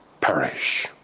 perish